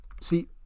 see